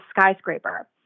skyscraper